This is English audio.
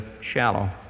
shallow